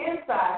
inside